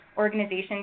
organizations